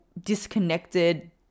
disconnected